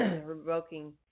revoking